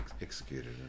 executed